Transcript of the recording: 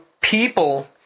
people